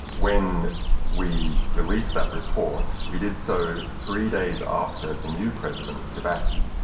when we released that report, we did so three days after the new president, kibaki,